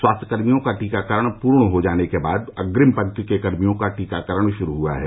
स्वास्थ्यकर्मियों का टीकाकरण पूर्ण हो जाने के बाद अग्रिम पंक्ति के कर्मियों का टीकाकरण शुरू हुआ है